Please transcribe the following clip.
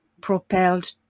propelled